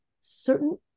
certain